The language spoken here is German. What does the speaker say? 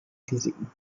risiken